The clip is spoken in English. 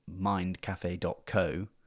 mindcafe.co